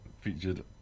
featured